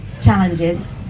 challenges